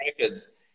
Records